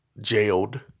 jailed